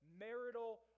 marital